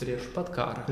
prieš pat karą